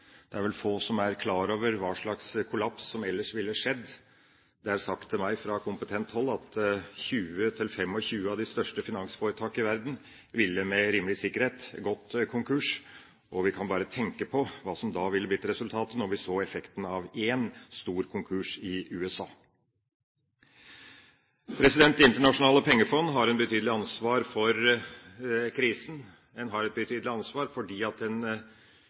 Det er vel få som er klar over hva slags kollaps som ellers ville skjedd. Fra kompetent hold er det blitt sagt til meg at 20–25 av de største finansforetak i verden med rimelig sikkerhet ville gått konkurs. Vi kan bare tenke oss hva som da ville blitt resultatet når vi så effekten av én stor konkurs i USA. Det internasjonale pengefondet har betydelig ansvar for krisen. Det har et betydelig ansvar fordi det de siste 25 år har vært basert på en